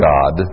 God